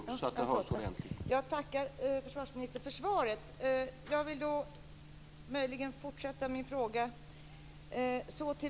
Herr talman! Jag tackar försvarsministern för svaret. Jag vill möjligen fortsätta med min fråga.